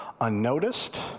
unnoticed